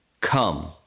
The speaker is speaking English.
come